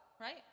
right